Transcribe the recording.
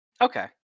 Okay